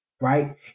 Right